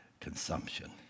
consumption